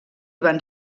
van